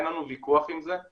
אין לנו ויכוח עם זה,